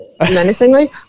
menacingly